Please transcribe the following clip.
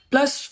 Plus